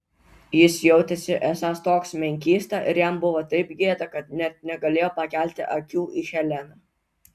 jis jautėsi esąs toks menkysta ir jam buvo taip gėda kad net negalėjo pakelti akių į heleną